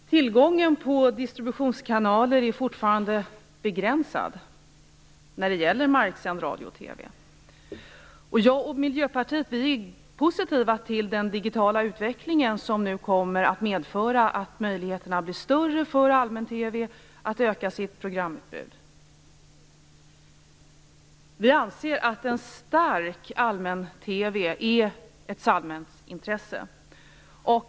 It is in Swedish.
Fru talman! Tillgången till distributionskanaler är fortfarande begränsad när det gäller marksänd radio och TV. Jag och Miljöpartiet är positiva till den digitala utvecklingen som nu kommer att medföra att möjligheterna för allmän-TV att öka sitt programutbud blir större. Vi anser att en stark allmän-TV är ett samhällsintresse.